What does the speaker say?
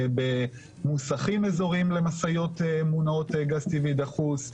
במוסכים אזוריים למשאיות מונעות גז טבעי דחוס,